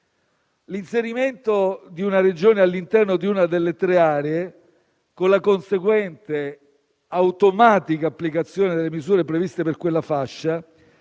L'inserimento di una Regione all'interno di una delle tre aree, con la conseguente e automatica applicazione delle misure previste per quella fascia,